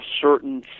certain